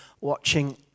watching